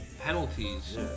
penalties